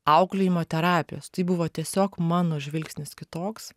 auklėjimo terapijos tai buvo tiesiog mano žvilgsnis kitoks